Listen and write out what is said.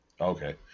Okay